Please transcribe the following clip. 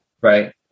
right